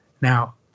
Now